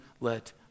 let